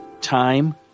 Time